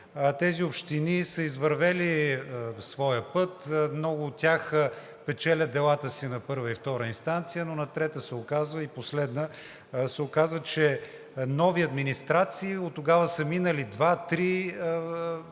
Тези общини са извървели своя път. Много от тях печелят делата си на първа и втора инстанция, но на трета и последна се оказва, че нови администрации – от тогава са минали два-три